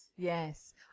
Yes